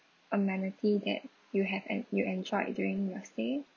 amenity that you have en~ you enjoyed during your stay